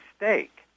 mistake